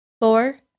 Four